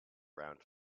round